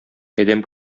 адәм